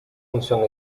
función